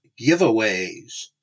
giveaways